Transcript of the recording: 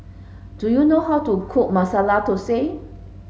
do you know how to cook Masala Thosai